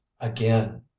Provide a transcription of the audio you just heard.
again